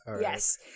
yes